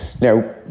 Now